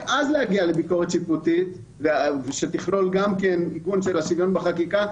אז להגיע לביקורת שיפוטית שתכלול גם עיגון של השוויון בחקיקה.